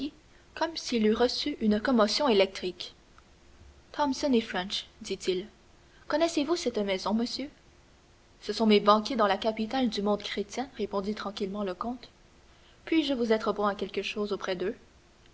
comme s'il eût reçu une commotion électrique thomson et french dit-il connaissez-vous cette maison monsieur ce sont mes banquiers dans la capitale du monde chrétien répondit tranquillement le comte puis-je vous être bon à quelque chose auprès d'eux